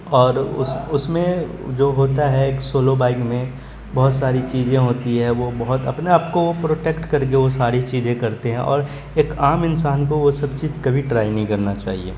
اور اس اس میں جو ہوتا ہے ایک سولو بائک میں بہت ساری چیزیں ہوتی ہے وہ بہت اپنے آپ کو وہ پروٹیکٹ کر کے وہ ساری چیزیں کرتے ہیں اور ایک عام انسان کو وہ سب چیز کبھی ٹرائی نہیں کرنا چاہیے